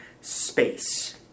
space